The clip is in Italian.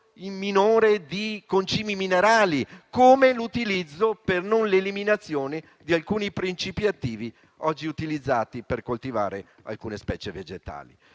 quantità di concimi minerali, come l'utilizzo se non l'eliminazione di alcuni principi attivi oggi utilizzati per coltivare alcune specie vegetali.